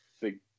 Big